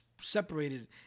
separated